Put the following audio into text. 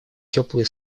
теплые